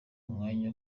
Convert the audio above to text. umwanya